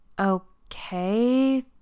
Okay